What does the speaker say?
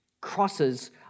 crosses